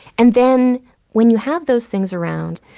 and then when you have those things around,